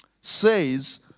Says